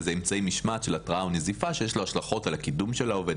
אמצעי משמעת של התראה או נזיפה שיש לו השלכות על הקידום של העובד,